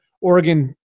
Oregon